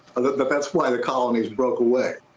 and that that that's why the colonies broke away.